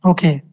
Okay